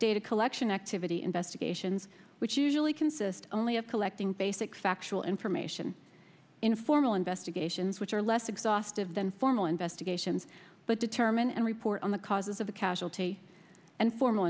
data collection activity investigations which usually consist only of collecting basic factual information in formal investigations which are less exhaustive than formal investigations but determine and report on the causes of the casualty and formal